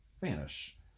vanish